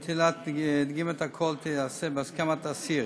נטילת דגימת הקול תיעשה בהסכמת האסיר.